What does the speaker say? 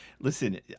Listen